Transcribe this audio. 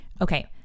okay